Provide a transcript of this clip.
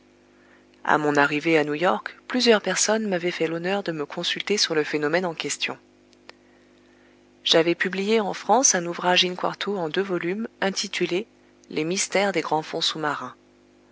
a mon arrivée à new york plusieurs personnes m'avaient fait l'honneur de me consulter sur le phénomène en question j'avais publié en france un ouvrage in-quarto en deux volumes intitulé les mystères des grands fonds sous-marins